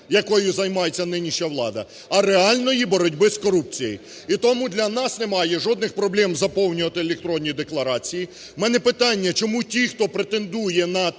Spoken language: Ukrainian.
якою займається нинішня влада, а реальної боротьби з корупцією. І тому для нас немає жодних проблем заповнювати електронні декларації. У мене питання, чому ті, хто претендує на